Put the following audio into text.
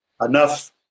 enough